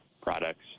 products